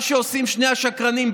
מה שעושים שני השקרנים,